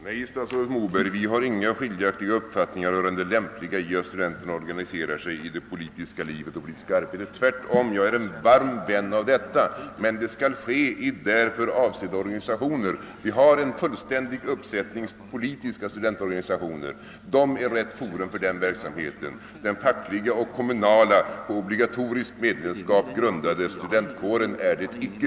Herr talman! Nej, statsrådet Moberg, vi har inga skiljaktiga uppfattningar beträffande det lämpliga i att studenterna engagerar sig i det politiska livet. Jag är tvärtom en varm vän av detta, men det skall ske i därför avsedda organisationer. Vi har en fullständig uppsättning politiska studentorganisationer. De är rätt forum för den verksamheten. Den fackliga och kommunala, på obligatoriskt medlemskap grundade studentkåren är det icke.